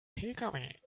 pkw